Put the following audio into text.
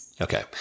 Okay